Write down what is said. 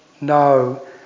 No